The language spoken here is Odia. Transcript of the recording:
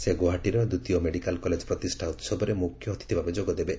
ସେ ଗୌହାଟୀର ଦ୍ୱିତୀୟ ମେଡିକାଲ୍ କଲେଜ ପ୍ରତିଷ୍ଠା ଉହବରେ ମୁଖ୍ୟ ଅତିଥି ଭାବେ ଯୋଗଦେବେ